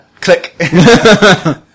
Click